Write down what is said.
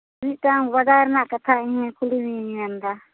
ᱢᱤᱫᱴᱟᱱ ᱵᱟᱰᱟᱭ ᱨᱮᱱᱟᱜ ᱠᱟᱛᱷᱟ ᱤᱧ ᱠᱩᱞᱤ ᱢᱤᱭᱟᱹᱧ ᱢᱮᱱ ᱮᱫᱟ